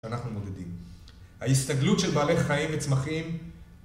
אנחנו מודדים, ההסתגלות של בעלי חיים וצמחים